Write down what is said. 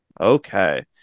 Okay